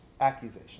accusation